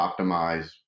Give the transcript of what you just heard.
optimize